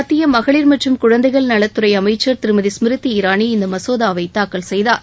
மத்திய மகளிட் மற்றும் குழந்தைகள் நலத்துறை அமைச்சள் திருமதி ஸ்மிருதி இரானி இந்த மசோதாவை தாக்கல் செய்தார்